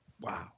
Wow